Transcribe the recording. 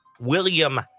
William